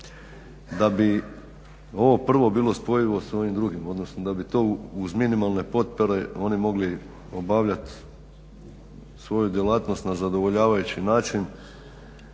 Da bi ovo prvo bilo spojivo s ovim drugim, odnosno da bi to uz minimalne potpore oni mogli obavljat svoju djelatnost na zadovoljavajući način